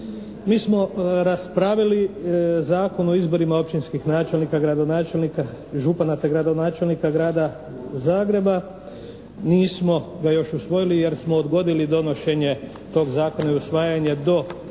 Mi smo raspravili Zakon o izborima općinskih načelnika, gradonačelnika, župana te gradonačelnika grada Zagreba. Nismo ga još usvojili jer smo odgodili donošenje toga zakona i usvajanje do